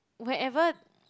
whenever